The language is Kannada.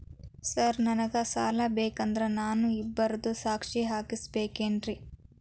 ಸರ್ ನನಗೆ ಸಾಲ ಬೇಕಂದ್ರೆ ನಾನು ಇಬ್ಬರದು ಸಾಕ್ಷಿ ಹಾಕಸಬೇಕೇನ್ರಿ?